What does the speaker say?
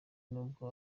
nubwo